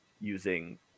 using